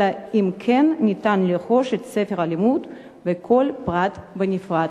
אלא אם כן ניתן לרכוש את ספר הלימוד וכל פרט בנפרד.